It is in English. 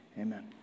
Amen